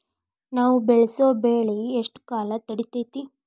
ನಾವು ಬೆಳಸೋ ಬೆಳಿ ಎಷ್ಟು ಕಾಲ ತಡೇತೇತಿ?